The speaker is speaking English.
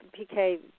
PK